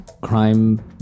crime